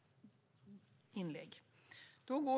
(FÖRSTE VICE TALMANNEN: Jag vill påpeka att Anders Ygeman inte har möjlighet att i denna debatt bemöta statsrådets inlägg.)